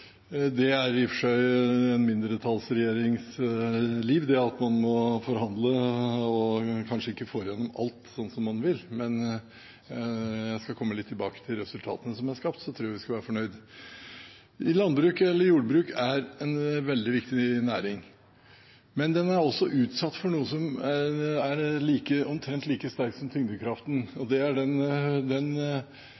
og for seg en mindretallsregjerings liv at man må forhandle og kanskje ikke får igjennom alt sånn som man vil, men når man kommer tilbake til resultatene som er skapt, tror jeg vi skal være fornøyd. Landbruket er en veldig viktig næring, men den er også utsatt for noe som er omtrent like sterkt som tyngdekraften, og